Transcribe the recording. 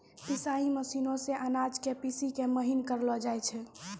पिसाई मशीनो से अनाजो के पीसि के महीन करलो जाय छै